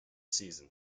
season